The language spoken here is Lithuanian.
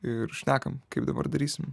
ir šnekam kaip dabar darysim